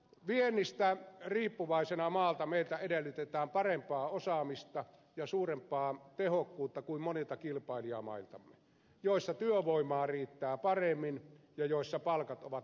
viennistä riippuvaisena maana meiltä edellytetään parempaa osaamista ja suurempaa tehokkuutta kuin monilta kilpailijamailtamme joissa työvoimaa riittää paremmin ja joissa palkat ovat matalampia